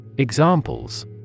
Examples